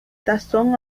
tazón